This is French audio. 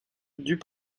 dut